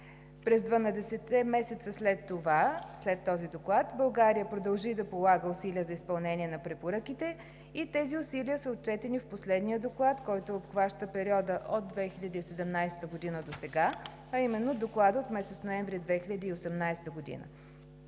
През 12-те месеца след този доклад България продължи да полага усилия за изпълнение на препоръките и тези усилия са отчетени в последния доклад, който обхваща периода от 2017 г. досега, а именно в Доклада от месец ноември 2018 г.